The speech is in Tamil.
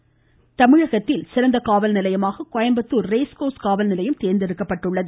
காவல்நிலையம் வாய்ஸ் மாநிலத்தில் சிறந்த காவல்நிலையமாக கோயம்புத்தூர் ரேஸ்கோர்ஸ் காவல்நிலையம் தேர்ந்தெடுக்கப்பட்டுள்ளது